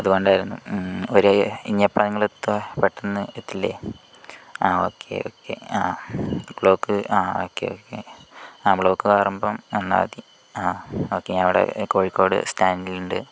അത്കൊണ്ടായിരുന്നു ഒരേ ഇനിയിപ്പം നിങ്ങൾ എത്തുക പെട്ടെന്ന് എത്തില്ലേ ആ ഓക്കെ ഓക്കെ ആ ബ്ലോക്ക് ആ ഓക്കേ ഓക്കേ ബ്ലോക്ക് കേറുമ്പോൾ വന്നാൽ മതി ആ നമ്മള് കോഴിക്കോട് സ്റ്റാന്റിൽ ഉണ്ട്